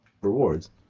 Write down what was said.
rewards